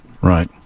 Right